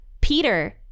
Peter